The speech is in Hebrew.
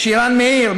שירן מאיר,